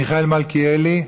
מיכאל מלכיאלי,